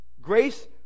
Grace